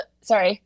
Sorry